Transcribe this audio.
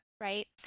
right